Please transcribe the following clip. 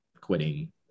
quitting